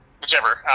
whichever